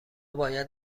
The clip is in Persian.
باید